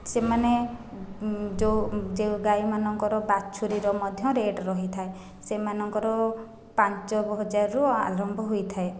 ସେମାନେ ଯେଉଁ ଯେଉଁ ଗାଈମାନଙ୍କର ବାଛୁରୀର ମଧ୍ୟ ରେଟ୍ ରହିଥାଏ ସେମାନଙ୍କର ପାଞ୍ଚହଜାରରୁ ଆରମ୍ଭ ହୋଇଥାଏ